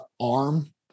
arm